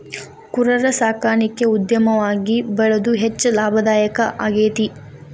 ಕುರರ ಸಾಕಾಣಿಕೆ ಉದ್ಯಮವಾಗಿ ಬೆಳದು ಹೆಚ್ಚ ಲಾಭದಾಯಕಾ ಆಗೇತಿ